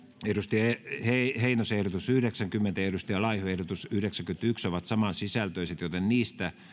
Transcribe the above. timo heinosen ehdotus yhdeksänkymmentä ja mia laihon ehdotus yhdeksänkymmentäyksi ovat saman sisältöiset joten niistä